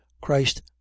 christ